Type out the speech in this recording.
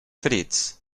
ferits